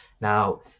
Now